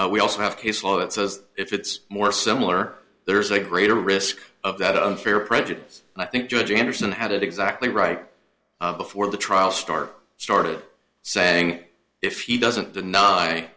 relevant we also have a case law that says if it's more similar there's a greater risk of that unfair prejudice and i think judge anderson had it exactly right before the trial start started saying if he doesn't deny